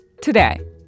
Today